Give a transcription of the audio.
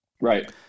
Right